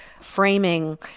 framing